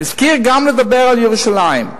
הציע גם לדבר על ירושלים.